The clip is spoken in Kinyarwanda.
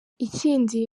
ikindi